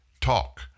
talk